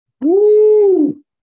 Woo